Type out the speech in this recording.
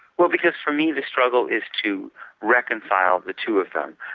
well because for me the struggle is to reconcile the two of them,